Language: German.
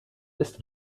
ist